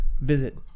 visit